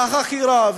החקירה,